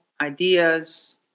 ideas